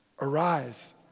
Arise